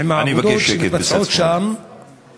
מפני העבודות שמתבצעות שם -- אני מבקש שקט בצד שמאל.